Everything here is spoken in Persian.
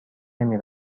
نمی